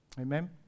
Amen